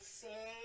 say